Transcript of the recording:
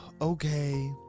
Okay